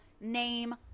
name